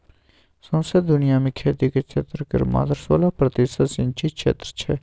सौंसे दुनियाँ मे खेतीक क्षेत्र केर मात्र सोलह प्रतिशत सिचिंत क्षेत्र छै